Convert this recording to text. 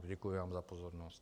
Děkuji vám za pozornost.